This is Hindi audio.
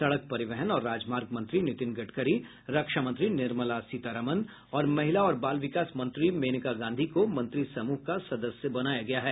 सड़क परिवहन और राजमार्ग मंत्री नितिन गड़करी रक्षा मंत्री निर्मला सीतारमन और महिला और बाल विकास मंत्री मेनका गांधी को मंत्रिसमूह का सदस्य बनाया गया है